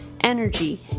energy